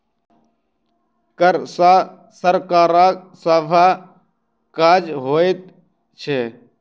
कर सॅ सरकारक सभ काज होइत छै